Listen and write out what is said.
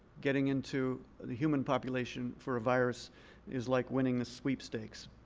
getting into the human population for a virus is like winning the sweepstakes.